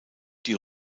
die